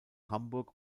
hamburg